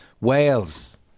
Wales